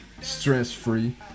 stress-free